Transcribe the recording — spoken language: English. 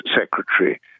Secretary